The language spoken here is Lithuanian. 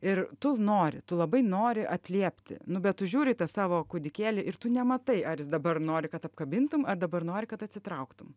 ir tu nori tu labai nori atliepti nu bet tu žiūri į tą savo kūdikėlį ir tu nematai ar jis dabar nori kad apkabintum ar dabar nori kad atsitrauktum